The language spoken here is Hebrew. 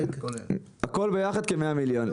הכול ביחד כ-100 מיליון.